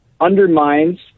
undermines